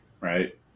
right